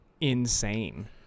insane